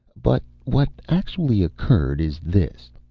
but what actually occurred is this.